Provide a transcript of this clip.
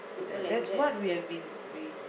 that that's what we've been